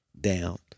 down